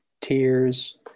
tears